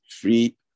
free